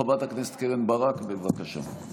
חברת הכנסת קרן ברק, בבקשה.